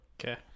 Okay